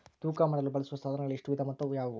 ತೂಕ ಮಾಡಲು ಬಳಸುವ ಸಾಧನಗಳಲ್ಲಿ ಎಷ್ಟು ವಿಧ ಮತ್ತು ಯಾವುವು?